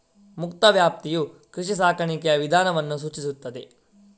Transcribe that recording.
ಮುಕ್ತ ವ್ಯಾಪ್ತಿಯು ಕೃಷಿ ಸಾಕಾಣಿಕೆಯ ವಿಧಾನವನ್ನು ಸೂಚಿಸುತ್ತದೆ